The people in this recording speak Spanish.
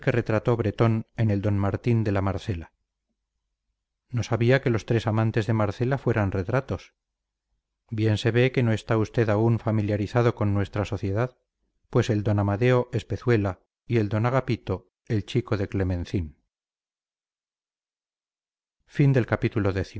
retrató bretón en el d martín de la marcela no sabía que los tres amantes de marcela fueran retratos bien se ve que no está usted aún familiarizado con nuestra sociedad pues el don amadeo es pezuela y el d agapito el chico de clemencín